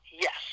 yes